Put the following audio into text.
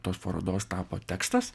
tos parodos tapo tekstas